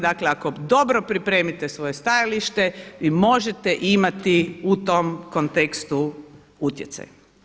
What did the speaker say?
Dakle, ako dobro pripremite svoje stajalište vi možete imati u tom kontekstu utjecaj.